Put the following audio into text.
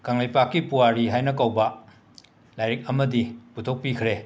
ꯀꯪꯂꯩꯄꯥꯛꯀꯤ ꯄꯨꯋꯥꯔꯤ ꯍꯥꯏꯅ ꯀꯧꯕ ꯂꯥꯏꯔꯤꯛ ꯑꯃꯗꯤ ꯄꯨꯊꯣꯛꯄꯤꯈ꯭ꯔꯦ